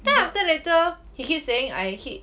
then after that later he keep saying I keep